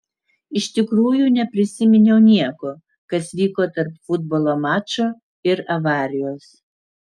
iš tikrųjų neprisiminiau nieko kas vyko tarp futbolo mačo ir avarijos